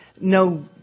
No